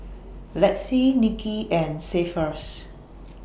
Lexie Nikki and Cephus